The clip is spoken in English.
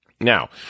Now